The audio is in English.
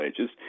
Ages